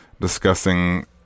discussing